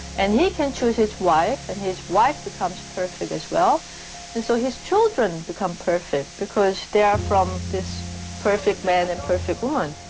and he can choose his wife and his wife becomes perfect as well and so his children become perfect because they are from this perfect man and perfect one